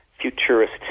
futurist